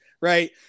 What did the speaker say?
right